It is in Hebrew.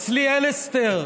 אצלי אין הסתר.